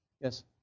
Yes